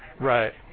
Right